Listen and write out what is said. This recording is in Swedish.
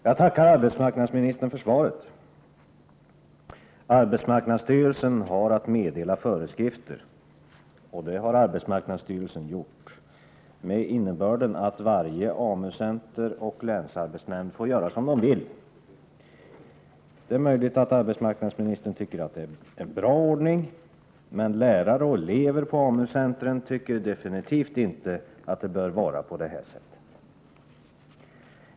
Herr talman! Jag tackar arbetsmarknadsministern för svaret. Arbetsmarknadsstyrelsen har att meddela föreskrifter, och det har arbetsmarknadsstyrelsen också gjort. Föreskrifterna har innebörden att varje AMU-center och länsarbetsnämnd får göra som de vill. Det är möjligt att arbetsmarknadsministern tycker att den ordningen är bra, men lärare och elever på AMU-centrerna tycker definitivt inte att det bör vara på det här sättet.